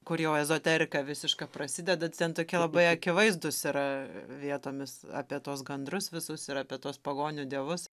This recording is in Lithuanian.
kur jau ezoterika visiška prasideda ten tokie labai akivaizdūs yra vietomis apie tuos gandrus visus ir apie tuos pagonių dievus